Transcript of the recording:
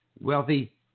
Wealthy